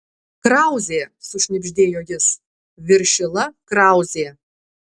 krauzė sušnibždėjo jis viršila krauzė